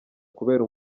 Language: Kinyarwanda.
kubera